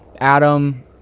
Adam